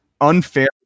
unfair